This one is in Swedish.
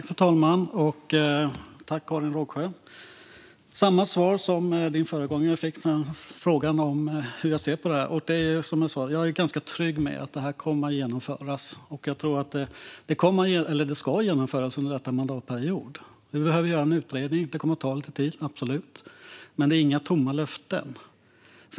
Fru talman! Karin Rågsjö får samma svar som den föregående talaren fick när han frågade hur jag såg på detta. Jag är ganska trygg med att det här ska genomföras under denna mandatperiod. Vi behöver göra en utredning. Det kommer absolut att ta lite tid. Men det är inga tomma löften.